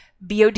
BOD